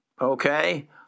Okay